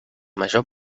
major